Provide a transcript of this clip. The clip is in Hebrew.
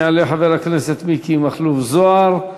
יעלה חבר הכנסת מכלוף מיקי זוהר,